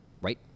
right